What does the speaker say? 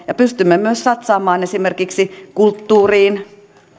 ja pystymme myös satsaamaan esimerkiksi kulttuuriin